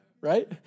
right